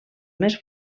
més